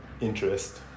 interest